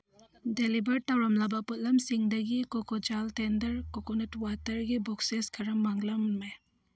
deliver ꯇꯧꯔꯝꯂꯕ ꯄꯣꯠꯂꯝꯁꯤꯡꯗꯒꯤ ꯀꯣꯀꯣꯖꯥꯜ ꯇꯦꯟꯗꯔ ꯀꯣꯀꯣꯅꯠ ꯋꯥꯇꯔꯒꯤ ꯕꯣꯛꯁꯦꯁ ꯈꯔ ꯃꯥꯡꯂꯝꯃꯦ